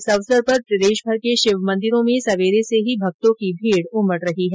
इस अवसर पर प्रदेशभर के शिव मंदिरों में सवेरे से ही भक्तों की भीड उमड़ रही है